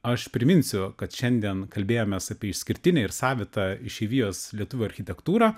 aš priminsiu kad šiandien kalbėjomės apie išskirtinę ir savitą išeivijos lietuvių architektūrą